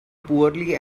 poorly